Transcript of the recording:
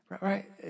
Right